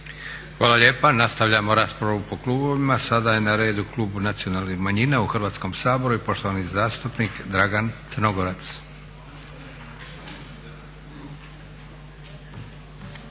Hvala lijepa. Nastavljamo raspravu po klubovima. Sada je na redu Klub nacionalnih manjina u Hrvatskom saboru i poštovani zastupnik Dragan Crnogorac.